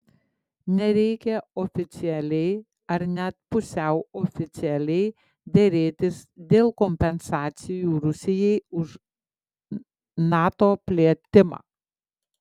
nereikia oficialiai ar net pusiau oficialiai derėtis dėl kompensacijų rusijai už nato plėtimą